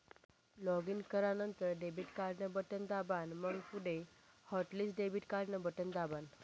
login करानंतर debit card न button दाबान, मंग पुढे हॉटलिस्ट डेबिट कार्डन बटन दाबान